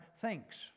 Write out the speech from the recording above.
thinks